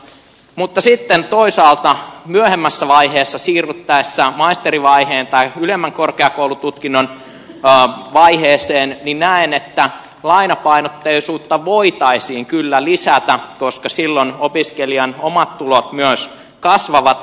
mutta sitten toisaalta myöhemmässä vaiheessa siirryttäessä maisterivaiheeseen tai ylemmän korkeakoulututkinnon vaiheeseen näen että lainapainotteisuutta voitaisiin kyllä lisätä koska silloin opiskelijan omat tulot myös kasvavat